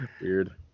Weird